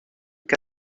qu’à